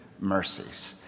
mercies